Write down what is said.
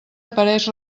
apareix